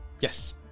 Yes